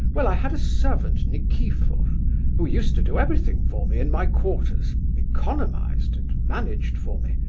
well, i had a servant nikifor who used to do everything for me in my quarters, economized and managed for me,